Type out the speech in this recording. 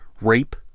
rape